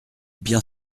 bien